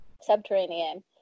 subterranean